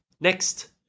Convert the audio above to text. Next